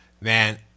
Man